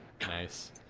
Nice